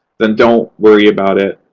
then don't worry about it.